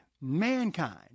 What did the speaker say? Mankind